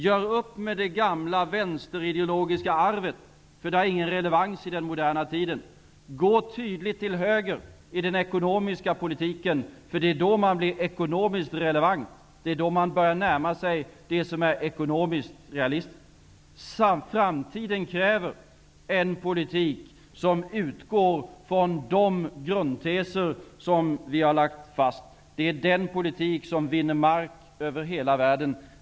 Gör upp med det gamla vänsterideologiska arvet. Det har ingen relevans i den moderna tiden. Gå tydligt till höger i den ekonomiska politiken. Det är då politiken blir ekonomiskt relevant och börjar närma sig det som är ekonomiskt realistiskt. Framtiden kräver en politik som utgår från de grundteser som vi har lagt fast. Det är den politik som vinner mark över hela världen.